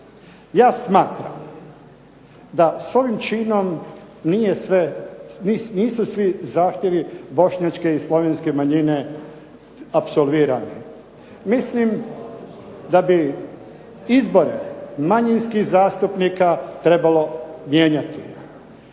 Ja smatram da s ovim činom nisu svi zahtjevi bošnjačke i slovenske manjine apsolvirani. Mislim da bi izbore manjinskih zastupnika trebalo mijenjati.